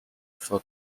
for